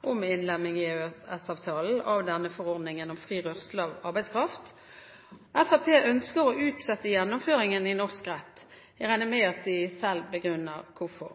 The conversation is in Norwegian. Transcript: om innlemming i EØS-avtalen av forordningen om fri rørsle av arbeidskraft. Fremskrittspartiet ønsker å utsette lov om gjennomføring i norsk rett. Jeg regner med at de selv begrunner hvorfor.